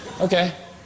Okay